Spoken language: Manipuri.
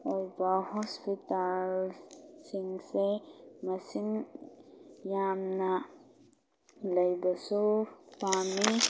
ꯑꯣꯏꯕ ꯍꯣꯁꯄꯤꯇꯥꯜꯁꯤꯡꯁꯦ ꯃꯁꯤꯡ ꯌꯥꯝꯅ ꯂꯩꯕꯁꯨ ꯄꯥꯝꯃꯤ